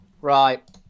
Right